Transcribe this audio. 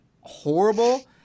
horrible